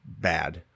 bad